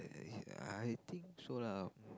uh I think so lah